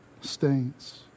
stains